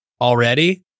already